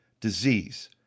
Disease